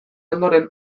ondoren